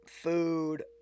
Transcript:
food